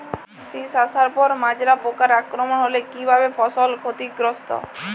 শীষ আসার পর মাজরা পোকার আক্রমণ হলে কী ভাবে ফসল ক্ষতিগ্রস্ত?